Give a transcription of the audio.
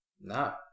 No